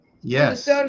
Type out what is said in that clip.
yes